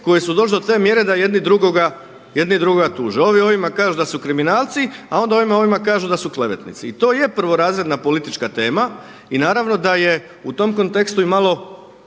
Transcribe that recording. koje su došle do te mjere da jedni drugoga tuže. Ovi ovima kažu da su kriminalci, a onda ovi ovima kažu da su klevetnici. I to je prvorazredna politička tema i naravno da je u tom kontekstu i malo